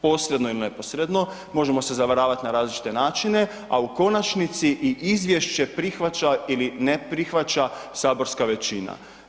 Posredno ili neposredno, možemo se zavaravati na različite načine a u konačnici i izvješće prihvaća ili ne prihvaća saborska većina.